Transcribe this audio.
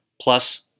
plus